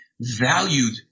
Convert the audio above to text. valued